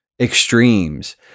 extremes